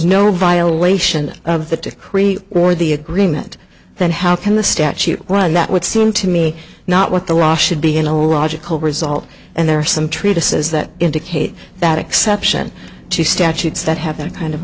no violation of the to or the agreement then how can the statute run that would seem to me not what the law should be in a logical result and there are some treatises that indicate that exception to statutes that have that kind of